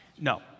No